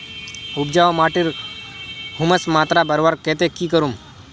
उपजाऊ माटिर ह्यूमस मात्रा बढ़वार केते की करूम?